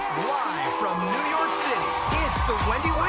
live from new york city, it's the wendy